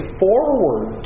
forward